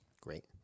Great